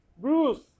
Bruce